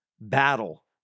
battle